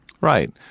Right